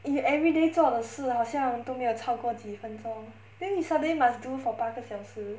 if you everyday 做的事好像都没有超过几分中 then you suddenly must do for 八个小时